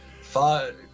Five